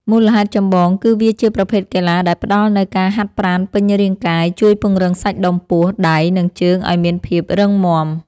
មូលហេតុចម្បងគឺវាជាប្រភេទកីឡាដែលផ្ដល់នូវការហាត់ប្រាណពេញរាងកាយ ជួយពង្រឹងសាច់ដុំពោះ ដៃ និងជើងឱ្យមានភាពរឹងមាំ។